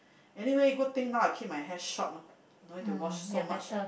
anyway good thing now I keep my hair short hor no need to wash so much